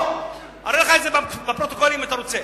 פה, אראה לך את זה בפרוטוקול אם אתה רוצה.